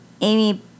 Amy